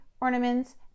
ornaments